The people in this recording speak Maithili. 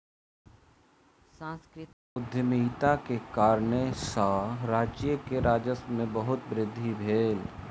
सांस्कृतिक उद्यमिता के कारणेँ सॅ राज्य के राजस्व में बहुत वृद्धि भेल